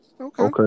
Okay